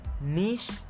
niche